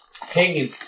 Hanging